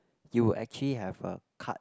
you will actually have a card